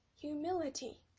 humility